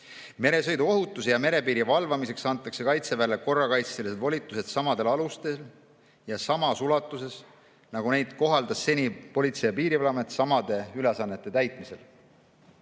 Meresõiduohutuse ja merepiiri valvamiseks antakse Kaitseväele korrakaitselised volitused samadel alustel ja samas ulatuses, nagu neid kohaldas seni Politsei- ja Piirivalveamet samade ülesannete täitmisel.